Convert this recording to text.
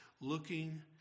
Looking